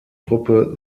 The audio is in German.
truppe